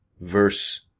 verse